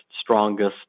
strongest